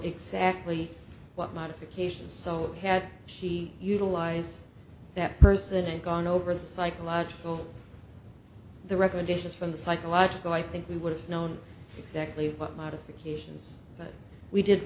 exactly what modifications so had she utilise that person and gone over the psychological the recommendations from the psychological i think we would have known exactly what modifications but we did